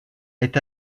est